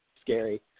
scary